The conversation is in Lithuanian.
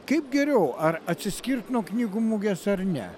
kaip geriau ar atsiskirt nuo knygų mugės ar ne